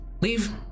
Leave